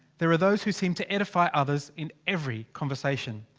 there are those who seem to edify others in every conversation.